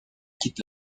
quitte